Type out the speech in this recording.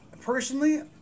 Personally